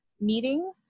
meeting